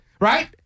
Right